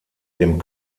dem